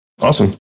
Awesome